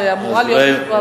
שאמורה להיות בשבוע הבא,